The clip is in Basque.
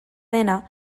dena